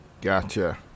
Gotcha